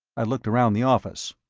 i looked around the office.